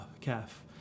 calf